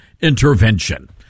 intervention